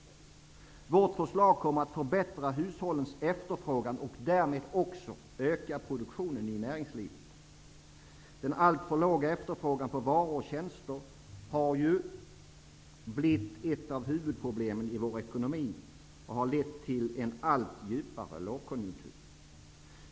Vårt förslag kommer att innebära att hushållens efterfrågan förbättras, och därmed ökar också produktionen i näringslivet. Den alltför låga efterfrågan på varor och tjänster har blivit ett av huvudproblemen i vår ekonomi och har lett till en allt djupare lågkonjunktur.